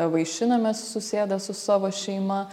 vaišinamės susėdę su savo šeima